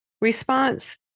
response